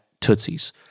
Tootsie's